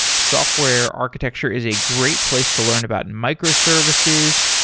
software architecture is a great place to learn about microservices,